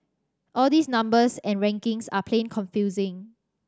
all these numbers and rankings are plain confusing